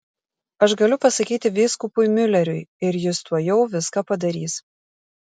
aš galiu pasakyti vyskupui miuleriui ir jis tuojau viską padarys